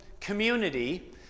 community